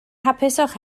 hapusach